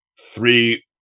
three